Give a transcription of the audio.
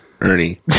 Ernie